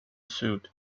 sued